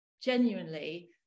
genuinely